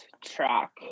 track